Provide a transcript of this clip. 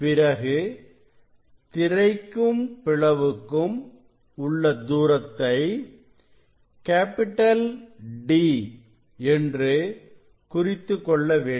பிறகு திரைக்கும் பிளவுக்கும் உள்ள தூரத்தை D என்று குறித்துக்கொள்ள வேண்டும்